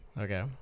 Okay